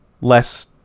less